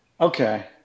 okay